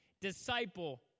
disciple